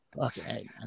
Okay